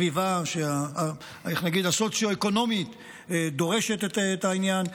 סביבה סוציו-אקונומית שדורשת את העניין.